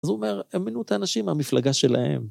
אז הוא אומר, הם מינו את האנשים מהמפלגה שלהם.